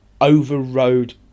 overrode